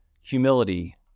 humility